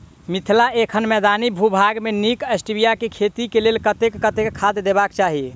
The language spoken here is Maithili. मिथिला एखन मैदानी भूभाग मे नीक स्टीबिया केँ खेती केँ लेल कतेक कतेक खाद देबाक चाहि?